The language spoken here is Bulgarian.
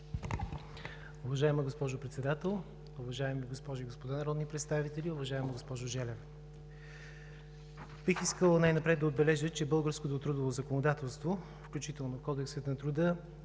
Уважаема госпожо Председател, уважаеми госпожи и господа народни представители! Уважаема госпожо Желева, най-напред бих искал да отбележа, че българското трудово законодателство, включително Кодексът на труда,